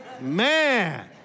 man